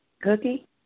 Cookie